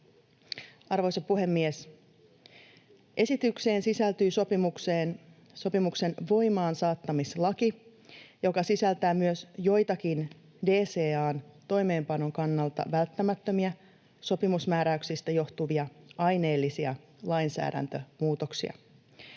Arvoisa puhemies! Esitykseen sisältyy sopimuksen voimaansaattamislaki, joka sisältää myös joitakin DCA:n toimeenpanon kannalta välttämättömiä, sopimusmääräyksistä johtuvia aineellisia lainsäädäntömuutoksia.